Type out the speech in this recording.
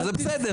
וזה בסדר.